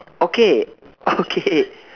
okay okay